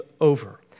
over